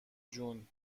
جون